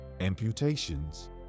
amputations